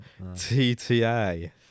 TTA